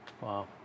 Wow